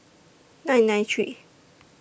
nine nine three